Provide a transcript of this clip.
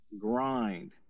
grind